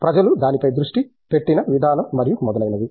ప్రజలు దానిపై దృష్టి పెట్టిన విధానం మరియు మొదలైనవి